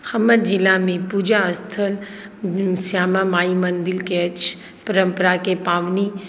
हमर जिलामे पूजा स्थल श्यामा माइ मन्दिरके अछि परम्पराके पाबनि